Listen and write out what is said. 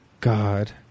God